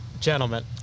gentlemen